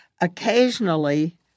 occasionally